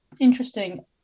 Interesting